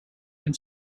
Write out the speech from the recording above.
and